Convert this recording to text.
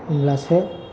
होनब्लासो